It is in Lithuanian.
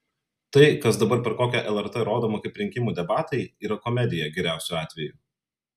tai kas dabar per kokią lrt rodoma kaip rinkimų debatai yra komedija geriausiu atveju